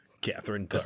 Catherine